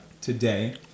today